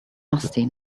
musty